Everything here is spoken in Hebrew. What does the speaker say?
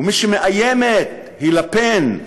ומי שמאיימת היא לה-פן,